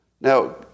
Now